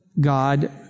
God